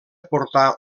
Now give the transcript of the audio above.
portar